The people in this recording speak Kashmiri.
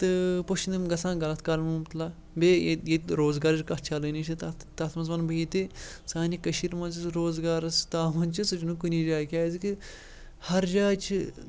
تہٕ پوٚتُس چھِنہٕ یِم گژھان غلط کارَن منٛز مُبتلا بیٚیہِ ییٚتہِ ییٚتہِ روزگارٕچ کَتھ چلٲنی چھےٚ تَتھ تَتھ منٛز وَنہٕ بہٕ یہِ تہِ سانہِ کٔشیٖرِ منٛز یُس یہِ روزگارَس تاوَن چھِ سُہ چھِنہٕ کُنی جایہِ کیٛازِکہِ ہرجاے چھِ